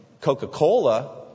Coca-Cola